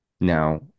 Now